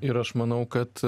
ir aš manau kad